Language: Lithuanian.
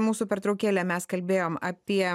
mūsų pertraukėlę mes kalbėjom apie